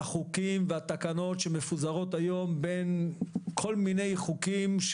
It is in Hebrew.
החוקים והתקנות שמפוזרים היום בין כל מיני חוקים,